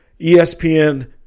ESPN